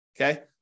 Okay